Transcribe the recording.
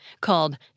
called